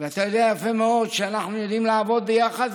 ואתה יודע יפה מאוד שאנחנו יודעים לעבוד ביחד,